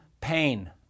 pain